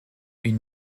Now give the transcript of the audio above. une